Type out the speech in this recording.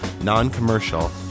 non-commercial